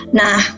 nah